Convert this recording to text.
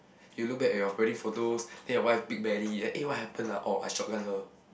you look back at your wedding photos then your wife big belly then eh what happen ah orh I shotgun her